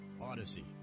Odyssey